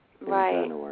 Right